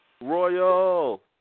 Royal